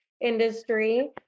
industry